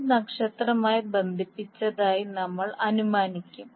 load നക്ഷത്രമായി ബന്ധിപ്പിച്ചതായി നമ്മൾ അനുമാനിക്കും